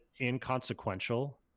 inconsequential